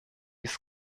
ist